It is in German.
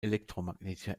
elektromagnetischer